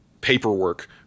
paperwork